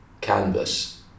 canvas